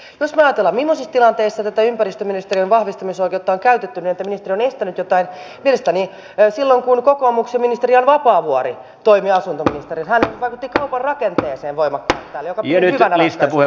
jos me ajattelemme millaisissa tilanteissa tätä ympäristöministeriön vahvistamisoikeutta on käytetty niin että ministeriö on estänyt jotain niin mielestäni silloin kun kokoomuksen ministeri jan vapaavuori toimi asuntoministerinä hän vaikutti kaupan rakenteeseen voimakkaasti täällä mitä pidin hyvänä ratkaisuna